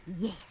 Yes